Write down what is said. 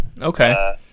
okay